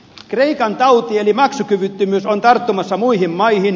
kreikan tauti eli maksukyvyttömyys on tarttumassa muihin maihin